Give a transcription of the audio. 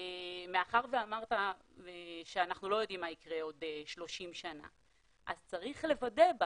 ומאחר שאמרת שאנחנו לא יודעים מה יקרה עוד 30 שנה אז צריך לוודא,